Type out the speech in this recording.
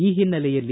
ಈ ಹಿನ್ನೆಲೆಯಲ್ಲಿ